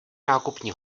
nákupní